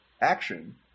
action